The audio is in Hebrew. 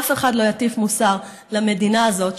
שאף אחד לא יטיף מוסר למדינה הזאת,